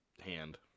hand